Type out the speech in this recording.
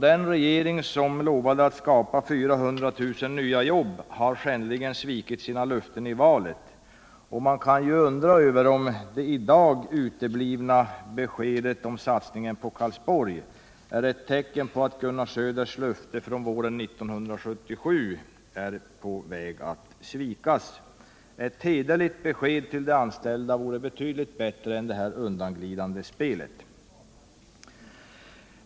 Den regering som lovade att skapa 400000 nya jobb har alltså skändligen svikit sina löften i valet. Man kan ju undra över om det i dag uteblivna beskedet om satsningen på Karlsborg är ett tecken på att Gunnar Söders löfte från våren 1977 är på väg att svikas. Ett hederligt besked till de anställda vore betydligt bättre än det här undanglidande spelet.